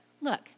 look